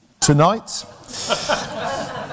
tonight